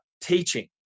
teaching